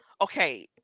okay